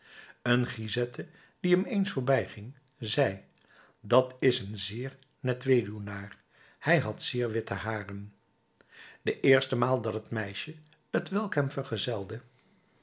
een grisette die hem eens voorbij ging zei dat is een zeer net weduwnaar hij had zeer witte haren de eerste maal dat het meisje t welk hem vergezelde